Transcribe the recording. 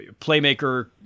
playmaker